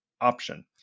option